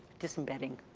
disembedding.